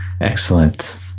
Excellent